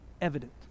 evident